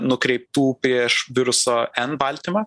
nukreiptų prieš viruso en baltymą